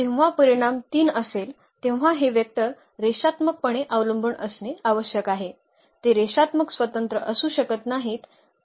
तर जेव्हा परिमाण 3 असेल तेव्हा हे वेक्टर रेषात्मकपणे अवलंबून असणे आवश्यक आहे ते रेषात्मक स्वतंत्र असू शकत नाहीत